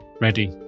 ready